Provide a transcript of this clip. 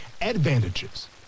advantages